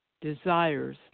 desires